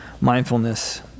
Mindfulness